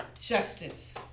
justice